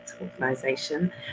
organization